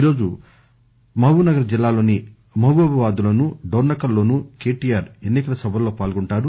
ఈ రోజు మహబూబ్ బాద్ జిల్లా లోని మహబూబాబాద్ లోను డోర్ప కల్ లోను కెటిఆర్ ఎన్నికల సభల్లో పాల్గొంటారు